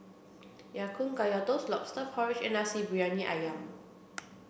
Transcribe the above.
Ya Kun Kaya toast lobster porridge and Nasi Briyani Ayam